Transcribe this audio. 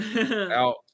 out